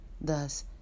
Thus